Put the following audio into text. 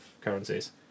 currencies